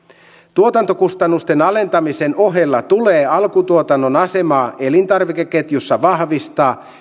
tuotantokustannusten alentamisen ohella tulee alkutuotannon asemaa elintarvikeketjussa vahvistaa